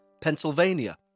Pennsylvania